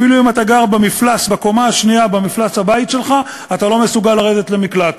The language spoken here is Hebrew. אפילו אם אתה גר בקומה השנייה בבית שלך אתה לא מסוגל לרדת למקלט.